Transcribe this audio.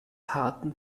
harten